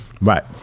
Right